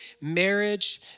marriage